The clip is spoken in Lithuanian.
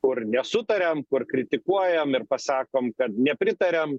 kur nesutariam kur kritikuojam ir pasakom kad nepritariam